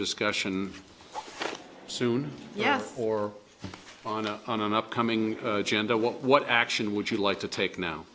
discussion soon yes or on a on an upcoming gender what action would you like to take now